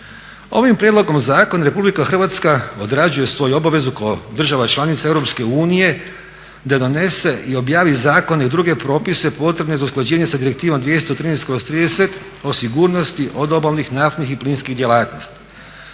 Ovim prijedlogom zakona Republika Hrvatska odrađuje svoju obavezu kao država članica Europske unije da donese i objavi zakone i druge propise potrebne za usklađivanje sa Direktivom 212/30 od sigurnosti od odobalnih, naftnih i plinskih djelatnosti.